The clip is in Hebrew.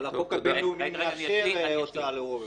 אבל החוק הבינלאומי מאשר הוצאה להורג.